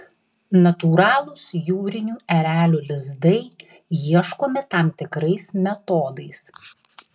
natūralūs jūrinių erelių lizdai ieškomi tam tikrais metodais